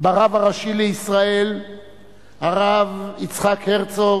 ברב הראשי לישראל הרב יצחק הרצוג,